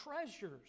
treasures